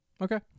Okay